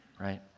right